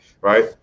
right